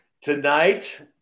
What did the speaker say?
Tonight